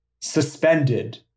suspended